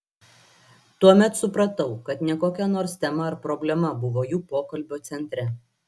tuomet supratau kad ne kokia nors tema ar problema buvo jų pokalbio centre